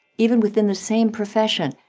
even within the same profession,